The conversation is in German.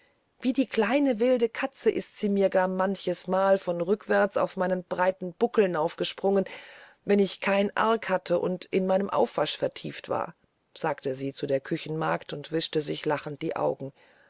wie eine kleine wilde katze ist sie mir gar manches mal von hinterrücks auf meinen breiten buckel naufgesprungen wenn ich kein arg hatte und in meinen aufwasch vertieft war sagte sie zu der küchenmagd und wischte sich lachend die augen